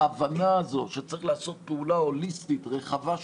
ההבנה הזאת שצריך לעשות פעולה הוליסטית רחבה,